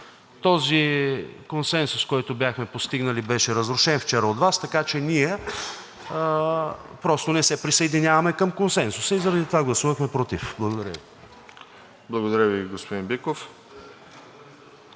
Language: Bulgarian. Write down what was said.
Този консенсус, който бяхме постигнали, беше разрушен вчера от Вас, така че ние просто не се присъединяваме към консенсуса и заради това гласувахме против. Благодаря Ви. ПРЕДСЕДАТЕЛ РОСЕН